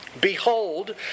Behold